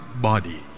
body